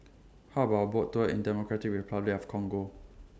How about A Boat Tour in Democratic Republic of Congo